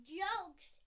jokes